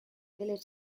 village